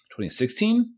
2016